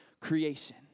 creation